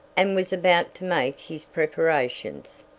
and was about to make his preparations.